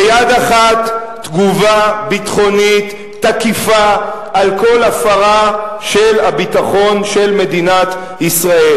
ביד אחת תגובה ביטחונית תקיפה על כל הפרה של הביטחון של מדינת ישראל,